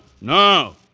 No